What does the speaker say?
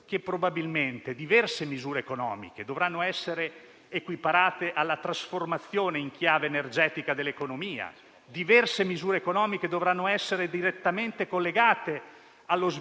Ci accorgeremo sempre di più che la transizione ecologica dell'energia e dell'economia e la transizione digitale richiedono un percorso di formazione universale.